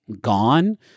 gone